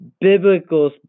biblical